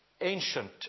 ancient